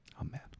Amen